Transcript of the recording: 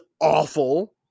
awful